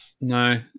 no